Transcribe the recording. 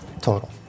Total